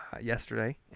yesterday